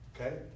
okay